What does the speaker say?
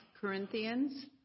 Corinthians